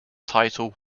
title